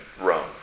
Rome